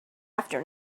after